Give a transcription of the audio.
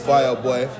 Fireboy